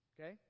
Okay